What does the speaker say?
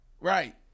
Right